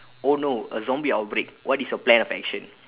oh no a zombie outbreak what is your plan of action